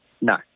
No